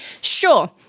sure